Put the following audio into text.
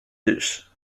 dusch